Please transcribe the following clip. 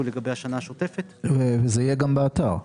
זה יהיה גם באתר.